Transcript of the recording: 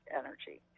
energy